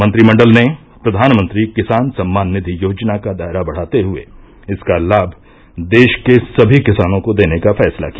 मंत्रिमंडल ने प्रधानमंत्री किसान सम्मान निधि योजना का दायरा बढ़ाते हुए इसका लाभ देश के समी किसानों को देने का फैसला किया